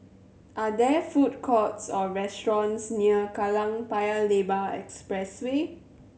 are there food courts or restaurants near Kallang Paya Lebar Expressway